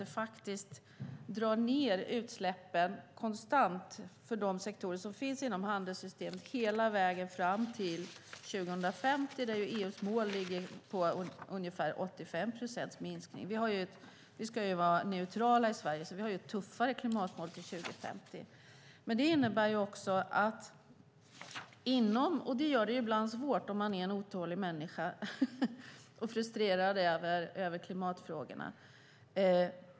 Det drar ned utsläppen konstant för de sektorer som finns inom handelssystemet hela vägen fram till 2050 där EU:s mål ligger på ungefär 85 procents minskning. Vi ska vara neutrala i Sverige, så vi har ett tuffare klimatmål för 2050. Det gör det ibland svårt om man är en otålig människa som är frustrerad över klimatfrågorna.